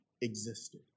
existed